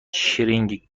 چرینگ